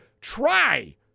try